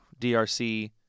DRC